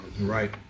Right